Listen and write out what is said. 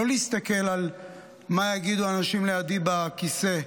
לא להסתכל על מה יגידו האנשים לידי בכיסא,